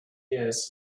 years